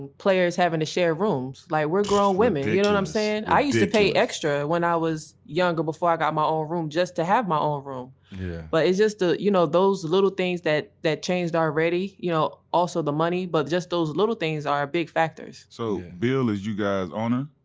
and players having to share rooms, like we're grown women, you know what i'm saying. ridiculous. i used to pay extra when i was younger before i got my own room just to have my own room. yeah but it's just the, you know those little things that that changed already, you know also the money, but just those little things are big factors. so, bill is you guys owner?